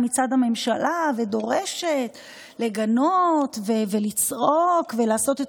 עכשיו מהממשלה ודורשת לגנות ולצעוק ולעשות את